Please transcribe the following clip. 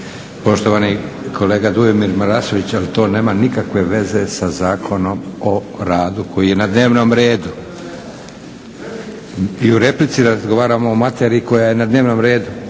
Poštovani kolega Dujomir Marasović ali to nema nikakve veze sa Zakonom o radu koji je na dnevnom redu. I u replici razgovaramo o materiji koja je na dnevnom redu.